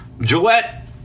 Gillette